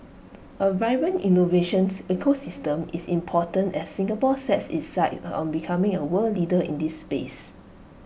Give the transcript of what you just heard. A vibrant innovations ecosystem is important as Singapore sets its sights on becoming A world leader in this space